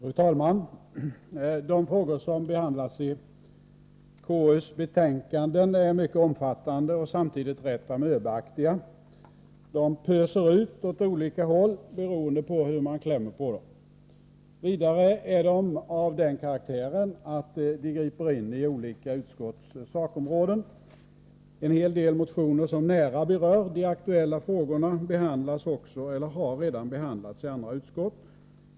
Fru talman! De frågor som behandlas i KU:s betänkanden är mycket omfattande och samtidigt rätt amöbaaktiga. De pöser ut åt olika håll, beroende på hur man klämmer på dem. Vidare är de av den karaktären att de griper in i olika utskotts sakområden. En hel del motioner som nära berör de . aktuella frågorna behandlas också eller har redan behandlats i andra utskott.